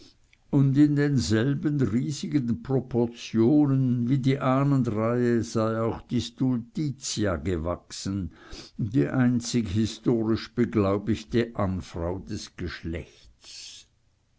und in derselben riesigen proportion wie die ahnenreihe sei auch die stultitia gewachsen die einzig historisch beglaubigte ahnfrau des geschlechts